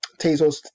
Tezos